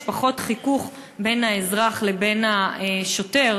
יש פחות חיכוך בין האזרח לבין השוטר,